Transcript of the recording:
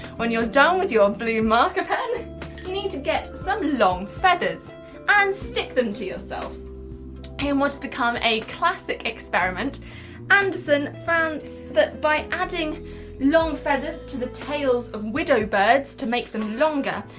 when you're done with your blue marker pen you need to get some long feathers and stick them to yourself and what's become a classic experiment anderson found that by adding long feathers to the tails of widowbirds to make them longer,